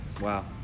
Wow